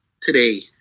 today